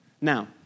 Now